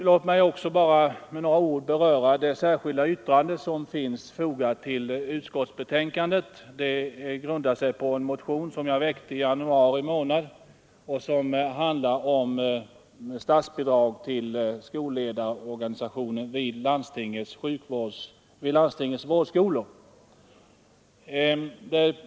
Låt mig också bara med några ord beröra det särskilda yttrande som är fogat till utskottsbetänkandet. Det grundar sig på en motion som jag väckte i januari månad och som handlade om statsbidrag till skolledarorganisationen vid landstingens vårdskolor.